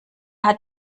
hat